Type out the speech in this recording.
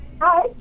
Hi